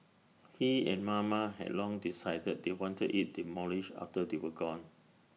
he and mama had long decided they wanted IT demolished after they were gone